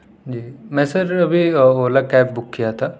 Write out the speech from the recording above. جی میں سر ابھی Ola cab book کیا تھا